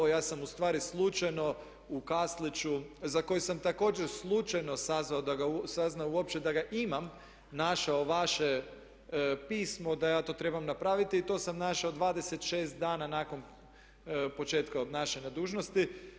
Ja sam u stvari slučajno u kasliću za koji sam također slučajno saznao uopće da ga imam našao vaše pismo da ja to trebam napraviti i to sam našao 26 dana nakon početka obnašanja dužnosti.